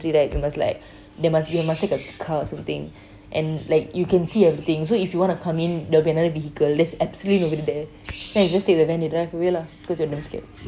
cemetery right you must like there must be a must take a car or something and like you can see everything so if you wanna come in there will be another vehicle there's absolutely nobody there then they just take the van and then they drive away lah because they damn scared